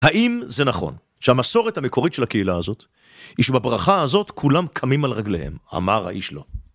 האם זה נכון שהמסורת המקורית של הקהילה הזאת היא שבברכה הזאת כולם קמים על רגליהם אמר האיש לו